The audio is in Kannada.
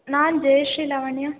ನಾನು ಜಯಶ್ರೀ ಲಾವಣ್ಯ